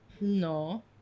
No